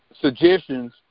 suggestions